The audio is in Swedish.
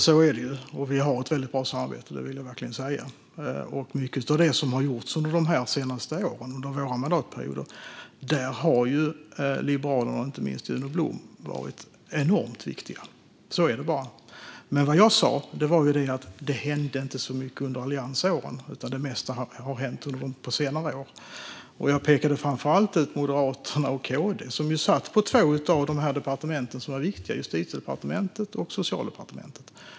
Fru talman! Ja, vi har ett väldigt bra samarbete. Det vill jag verkligen säga. Och i mycket av det som har gjorts under de senaste åren, under våra mandatperioder, har Liberalerna och inte minst Juno Blom varit enormt viktiga. Så är det bara. Vad jag sa var att det inte hände så mycket under alliansåren, utan att det mesta har hänt på senare år. Jag pekade framför allt ut Moderaterna och KD, som ju satt på två av de departement som var viktiga i sammanhanget, Justitiedepartementet och Socialdepartementet.